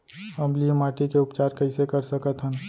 अम्लीय माटी के उपचार कइसे कर सकत हन?